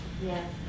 Yes